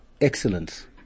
excellence